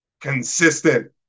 consistent